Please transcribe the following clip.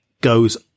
goes